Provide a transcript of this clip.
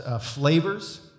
flavors